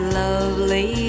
lovely